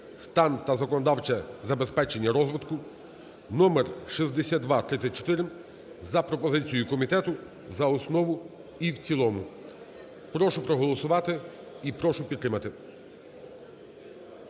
стан та законодавче забезпечення розвитку" (6234) за пропозицією комітету за основу і в цілому. Прошу проголосувати і прошу підтримати.